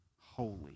holy